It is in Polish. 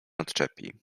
odczepi